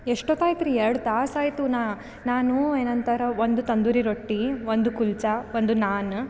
ಎಷ್ಟೊತ್ತು ಆಯಿತ್ರಿ ಎರಡು ತಾಸು ಆಯ್ತು ನ ನಾನು ಏನಂತರ ಒಂದು ತಂದೂರಿ ರೊಟ್ಟಿ ಒಂದು ಕುಲ್ಜ ಒಂದು ನಾನ್